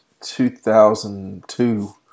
2002